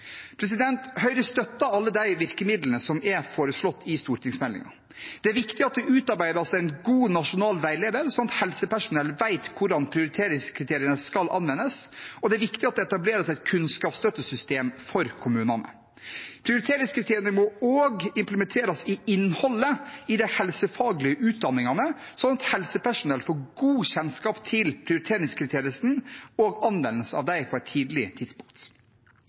Høyre støtter alle de virkemidlene som er foreslått i stortingsmeldingen. Det er viktig at det utarbeides en god nasjonal veileder, sånn at helsepersonell vet hvordan prioriteringskriteriene skal anvendes, og det er viktig at det etableres et kunnskapsstøttesystem for kommunene. Prioriteringskriteriene må også implementeres i innholdet i de helsefaglige utdanningene, slik at helsepersonell får god kjennskap til prioriteringskriteriene og anvendelsen av dem på et tidlig tidspunkt.